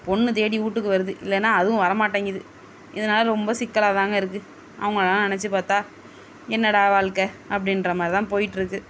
பொண்ணு தேடி வீட்டுக்கு வருது இல்லைன்னா அதுவும் வரமாட்டேங்கிது இதனால் ரொம்ப சிக்கலாகதாங்க இருக்கு அவங்களைலாம் நெனைச்சி பார்த்தா என்னடா வாழ்க்கை அப்படின்ற மாதிரி தான் போயிட்டிருக்கு